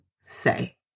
say